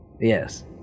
Yes